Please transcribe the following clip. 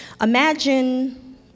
imagine